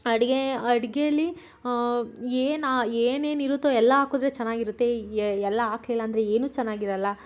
ಅಡುಗೆ ಅಡುಗೇಲಿ ಏನು ಏನೇನು ಇರುತ್ತೋ ಎಲ್ಲ ಹಾಕಿದ್ರೆ ಚೆನ್ನಾಗಿರುತ್ತೆ ಎಲ್ಲ ಹಾಕ್ಲಿಲ್ಲ ಅಂದರೆ ಏನು ಚೆನ್ನಾಗಿರೋಲ್ಲ